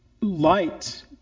light